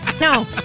No